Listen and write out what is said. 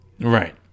Right